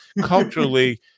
culturally